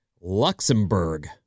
Luxembourg